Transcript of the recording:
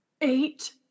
Eight